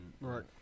Right